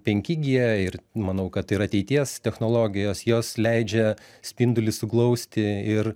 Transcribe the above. penki gie ir manau kad ir ateities technologijos jos leidžia spindulį suglausti ir